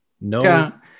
no